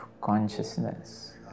consciousness